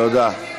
תודה,